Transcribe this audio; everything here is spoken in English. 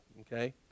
Okay